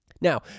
Now